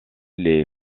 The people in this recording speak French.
les